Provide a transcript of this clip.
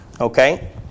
Okay